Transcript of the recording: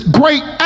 great